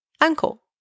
Uncle